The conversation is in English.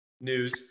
news